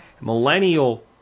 millennial